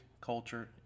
culture